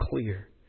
clear